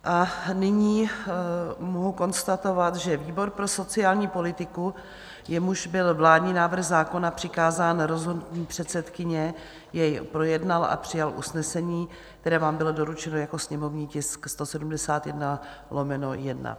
A nyní mohu konstatovat, že výbor pro sociální politiku, jemuž byl vládní návrh zákona přikázán rozhodnutím předsedkyně, jej projednal a přijal usnesení, které vám bylo doručeno jako sněmovní tisk 171/1.